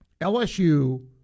LSU